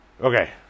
okay